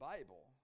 Bible